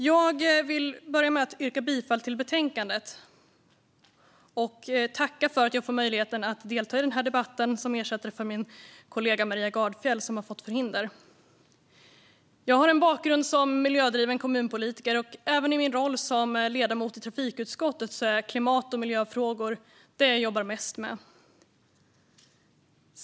Jag vill börja med att yrka bifall till förslaget till beslut och tacka för att jag får möjligheten att delta i den här debatten som ersättare för min kollega Maria Gardfjell som har fått förhinder. Jag har en bakgrund som miljödriven kommunpolitiker. Även i min roll som ledamot i trafikutskottet är klimat och miljöfrågor det som jag jobbar mest med.